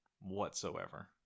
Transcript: whatsoever